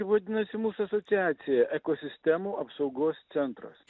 vadinasi mūsų asociacija ekosistemų apsaugos centras